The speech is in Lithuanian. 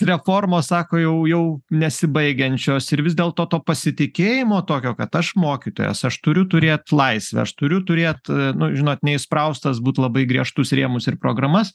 reformos sako jau jau nesibaigiančios ir vis dėlto to pasitikėjimo tokio kad aš mokytojas aš turiu turėt laisvę aš turiu turėt nu žinot neįspraustas būt labai į griežtus rėmus ir programas